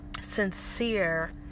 sincere